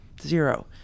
Zero